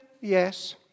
yes